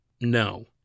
No